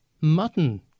Mutton